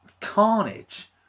carnage